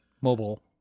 Mobile